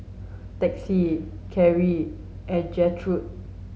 Texie Carin and Gertrude